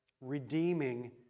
redeeming